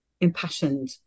impassioned